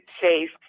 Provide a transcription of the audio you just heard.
safe